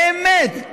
באמת,